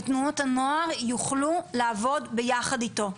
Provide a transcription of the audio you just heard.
ותנועות הנוער יוכלו לעבוד ביחד איתו.